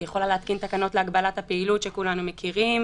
היא יכולה להתקין תקנות להגבלת הפעילות שכולנו מכירים,